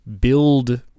build